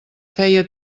feia